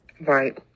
Right